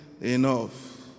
enough